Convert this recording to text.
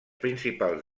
principals